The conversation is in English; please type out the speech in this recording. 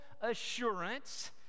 assurance